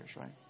right